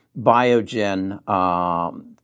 biogen